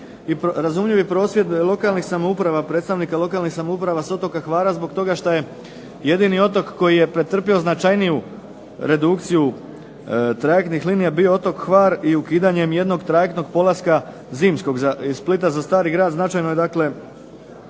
je razumljiv prosvjed predstavnika lokalnih samouprava otoka Hvara zbog toga što je jedini otok koji je pretrpio značajniju redukciju trajektnih linija bio otok Hvar. I ukidanjem jednog trajektnog polaska zimskog iz Splita za Stari Grad, značajno je